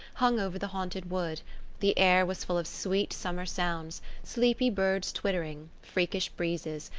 hung over the haunted wood the air was full of sweet summer sounds sleepy birds twittering, freakish breezes,